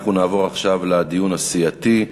אנחנו נעבור עכשיו לדיון הסיעתי.